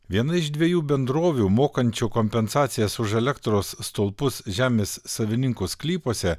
viena iš dviejų bendrovių mokančių kompensacijas už elektros stulpus žemės savininkų sklypuose